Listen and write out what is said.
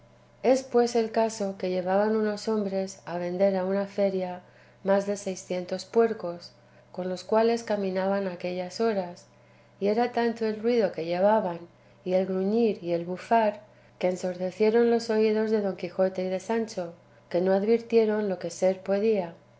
pues el caso que llevaban unos hombres a vender a una feria más de seiscientos puercos con los cuales caminaban a aquellas horas y era tanto el ruido que llevaban y el gruñir y el bufar que ensordecieron los oídos de don quijote y de sancho que no advirtieron lo que ser podía